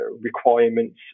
requirements